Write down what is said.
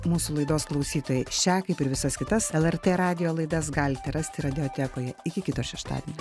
mūsų laidos klausytojai šią kaip ir visas kitas lrt radijo laidas galite rasti radiotekoje iki kito šeštadienio